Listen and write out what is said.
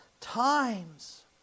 times